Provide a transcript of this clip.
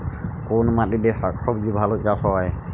কোন মাটিতে শাকসবজী ভালো চাষ হয়?